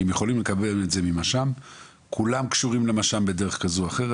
כי הם יכולים לקבל את זה ממש"מ כולם קשורים למש"מ בדרך כזו או אחרת,